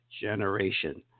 generation